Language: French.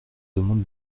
demande